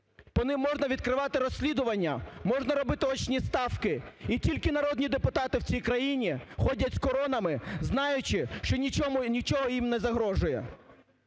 по ним можна відкривати розслідування, можна робити "очні ставки". І тільки народні депутати в цій країні ходять з коронами, знаючи, що нічого їм не загрожує.